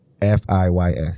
f-i-y-s